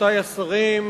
רבותי השרים,